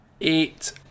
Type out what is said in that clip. eight